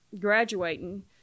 graduating